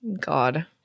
God